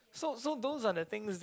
so so those are the things that